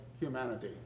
humanity